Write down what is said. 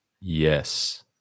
yes